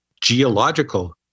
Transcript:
geological